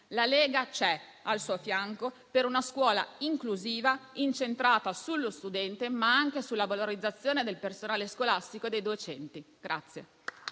La Lega è al suo fianco per una scuola inclusiva, incentrata sullo studente, ma anche sulla valorizzazione del personale scolastico e dei docenti.